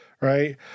right